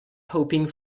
hoping